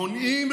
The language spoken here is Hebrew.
מונעים